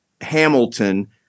Hamilton